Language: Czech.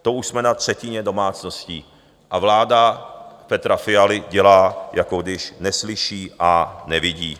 To už jsme na třetině domácností, a vláda Petra Fialy dělá, jako když neslyší a nevidí.